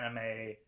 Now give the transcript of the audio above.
anime